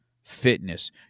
Fitness